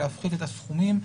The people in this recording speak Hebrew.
להפחית את הסכומים,